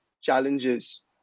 challenges